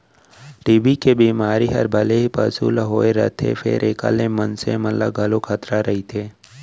TB के बेमारी हर भले ही पसु ल होए रथे फेर एकर ले मनसे मन ल घलौ खतरा रइथे